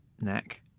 Neck